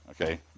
Okay